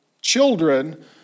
children